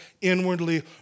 inwardly